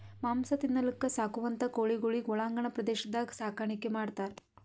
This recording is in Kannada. ಮಾಂಸ ತಿನಲಕ್ಕ್ ಸಾಕುವಂಥಾ ಕೋಳಿಗೊಳಿಗ್ ಒಳಾಂಗಣ ಪ್ರದೇಶದಾಗ್ ಸಾಕಾಣಿಕೆ ಮಾಡ್ತಾರ್